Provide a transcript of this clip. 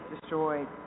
destroyed